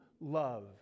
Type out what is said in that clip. love